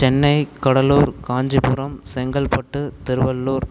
Chennai Cuddalore Kanchipuram Chengalpattu Tiruvallur